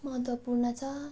महत्त्वपूर्ण छ